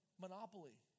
monopoly